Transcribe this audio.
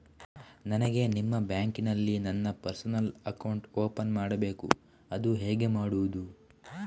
ನನಗೆ ನಿಮ್ಮ ಬ್ಯಾಂಕಿನಲ್ಲಿ ನನ್ನ ಪರ್ಸನಲ್ ಅಕೌಂಟ್ ಓಪನ್ ಮಾಡಬೇಕು ಅದು ಹೇಗೆ ಮಾಡುವುದು?